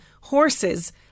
horses